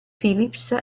philips